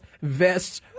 vests